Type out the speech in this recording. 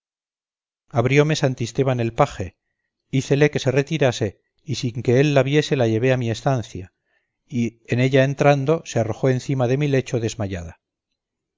posada abrióme santisteban el paje hícele que se retirase y sin que él la viese la llevé a mi estancia y ella en entrando se arrojó encima de mi lecho desmayada